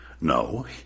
no